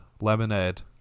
lemonade